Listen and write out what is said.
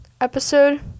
episode